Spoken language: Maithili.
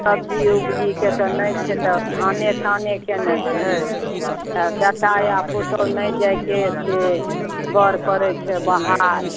सब्जी उब्जीके तऽ नहि छै तऽ धाने तानेके ने छै बेटा आ पुतौह नहि जाइके गर करै छै बाहर